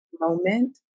moment